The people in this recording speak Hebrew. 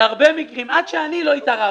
בהרבה מקרים עד שאני לא התערבתי,